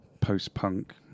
post-punk